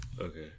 Okay